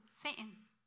Satan